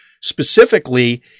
specifically